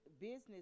business